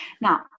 Now